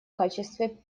качестве